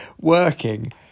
working